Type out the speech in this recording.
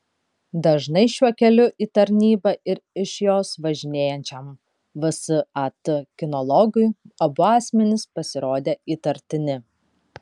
dažnai šiuo keliu į tarnybą ir iš jos važinėjančiam vsat kinologui abu asmenys pasirodė įtartini